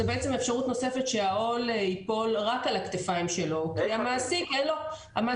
בעצם אפשרות נוספת שהעול ייפול רק על הכתפיים שלו כי המעסיק פה,